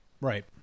right